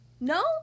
No